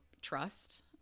trust